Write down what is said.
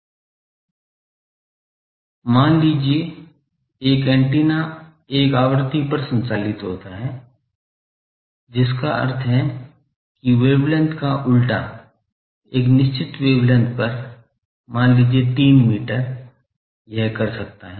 मान लीजिए एक एंटीना एक आवृत्ति पर संचालित होता है जिसका अर्थ है कि वेवलेंथ का उलटा एक निश्चित वेवलेंथ पर मान लीजिये 3 मीटर यह कर सकता है